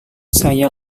saya